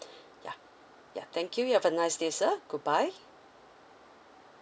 ya ya thank you you have a nice day sir goodbye